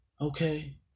Okay